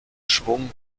schwung